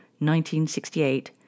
1968